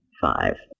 five